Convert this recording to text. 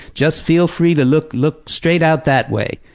just feel free to look look straight out that way,